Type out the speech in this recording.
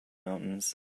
mountains